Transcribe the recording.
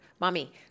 Mommy